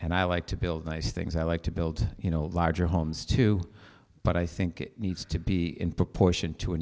and i like to build nice things i like to build you know larger homes too but i think it needs to be in proportion to a